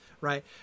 right